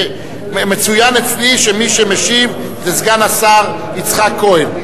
מצוין אצלי שמי שמשיב זה סגן השר כהן.